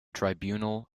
tribunal